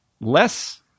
less